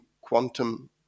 quantum